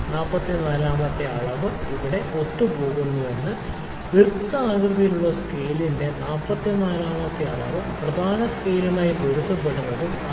44 ാമത്തെ അളവ് ഇവിടെ ഒത്തുപോകുന്നുവെന്ന് വൃത്താകൃതിയിലുള്ള സ്കെയിലിന്റെ 44 ാമത്തെ അളവ് പ്രധാന സ്കെയിലുമായി പൊരുത്തപ്പെടുന്നതും 6